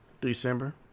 December